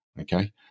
Okay